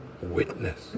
witness